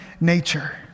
nature